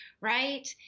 right